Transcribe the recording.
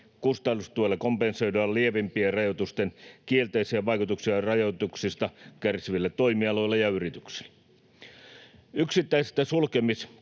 Kustannustuella kompensoidaan lievempien rajoitusten kielteisiä vaikutuksia rajoituksista kärsiville toimialoille ja yrityksille. Yksittäisistä sulkemis-,